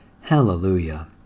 Hallelujah